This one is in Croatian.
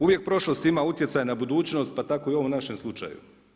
Uvijek prošlost ima utjecaj na budućnost, pa tako i u ovom našem slučaju.